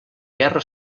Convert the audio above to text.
guerra